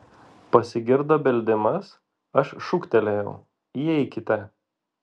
pasigirdo beldimas aš šūktelėjau įeikite